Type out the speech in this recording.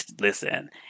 listen